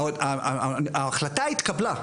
ההחלטה התקבלה,